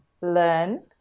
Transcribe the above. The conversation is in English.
Learn